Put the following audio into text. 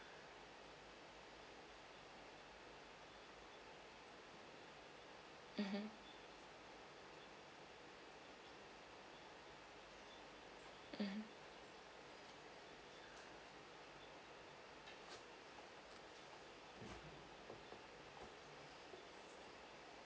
mmhmm mmhmm